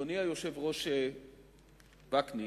אדוני היושב-ראש וקנין,